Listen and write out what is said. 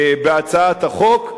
בהצעת החוק.